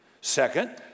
Second